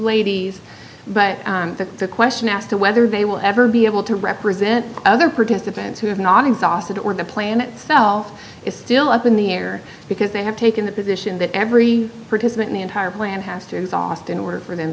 but the question as to whether they will ever be able to represent other participants who have not exhausted or the planet self is still up in the air because they have taken the position that every participant in the entire plan has to exhaust in order for them